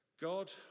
God